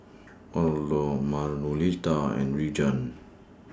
Orlo Manuelita and Reagan